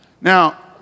Now